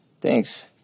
Thanks